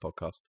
podcast